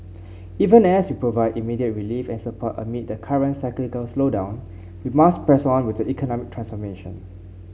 even as we provide immediate relief and support amid the current cyclical slowdown we must press on with economic transformation